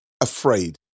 afraid